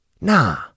nah